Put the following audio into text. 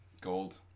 Gold